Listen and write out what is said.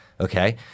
okay